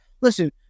Listen